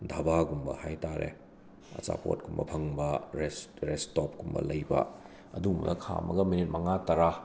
ꯙꯥꯕꯒꯨꯝꯕ ꯍꯥꯏ ꯇꯥꯔꯦ ꯑꯆꯥꯄꯣꯠꯀꯨꯝꯕ ꯐꯪꯕ ꯔꯦꯁ ꯔꯦꯁꯁ꯭ꯇꯣꯞꯀꯨꯝꯕ ꯂꯩꯕ ꯑꯗꯨꯒꯨꯝꯕ ꯈꯥꯝꯃꯒ ꯃꯤꯅꯤꯠ ꯃꯉꯥ ꯇꯔꯥ